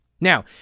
Now